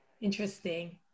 Interesting